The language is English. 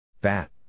Bat